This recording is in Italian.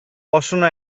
possono